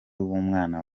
w’umwana